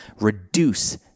reduce